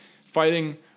fighting